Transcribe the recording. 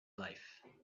life